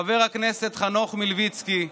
לחבר הכנסת חנוך מלביצקי,